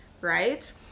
right